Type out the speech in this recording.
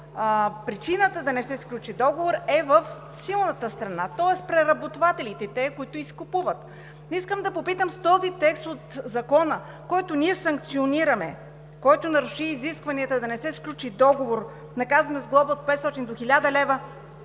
причината да не се сключи договор е в силната страна, тоест преработвателите – тези, които изкупуват. Искам да попитам: с този текст от Закона, с който ние санкционираме – който наруши изискванията да не се сключи договор, наказваме с глоба от 500 до 1000 лв.,